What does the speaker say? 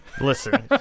Listen